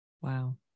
Wow